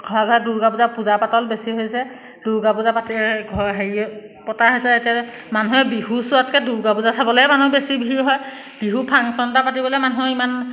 ঘৰে ঘৰে দুৰ্গাপূজা পূজা পাতল বেছি হৈছে দুৰ্গাপূজা হেৰি পতা হৈছে এতিয়া মানুহে বিহু চোৱাতকৈ দুৰ্গাপূজা চাবলৈহে মানুহ বেছি ভিৰ হয় বিহু ফাংচন এটা পাতিবলৈ মানুহ ইমান